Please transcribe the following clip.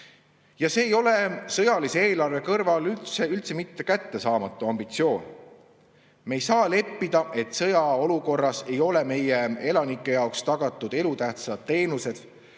See ei ole sõjalise eelarve kõrval üldse mitte kättesaamatu ambitsioon. Me ei saa leppida, et sõjaolukorras ei ole meie elanike jaoks tagatud elutähtsad teenused,